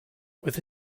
with